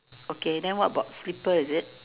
okay then what about slipper is it